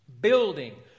Building